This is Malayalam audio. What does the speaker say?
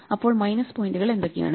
അപ്പോൾ മൈനസ് പോയിന്റുകൾ എന്തൊക്കെയാണ്